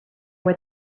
were